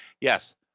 Yes